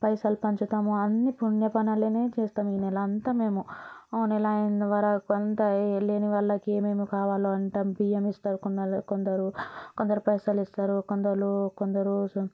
పైసలు పంచుతాము అన్నీ పుణ్య పనులను చేస్తాము ఈ నెల అంతా మేము నెల అయిన వరకు అంతా లేని వాళ్ళకి ఏమేమి కావాలో అంత బియ్యం ఇస్తారు కొందరు కొందరు పైసలు ఇస్తారు కొందలు కొందరు